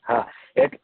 હા એ